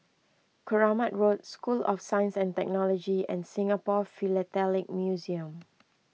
Keramat Road School of Science and Technology and Singapore Philatelic Museum